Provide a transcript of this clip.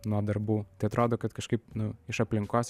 nuo darbų tai atrodo kad kažkaip nu iš aplinkos